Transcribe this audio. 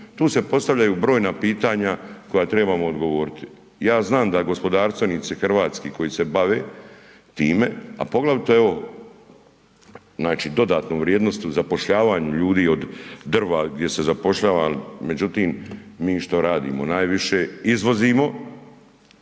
Tu se postavljaju brojna pitanja koja trebamo odgovoriti. Ja znam da gospodarstvenici hrvatski koji se bave time a poglavito evo znači dodatnu vrijednost u zapošljavanju ljudi od drva gdje se zapošljava međutim mi što radimo, najviše izvozimo,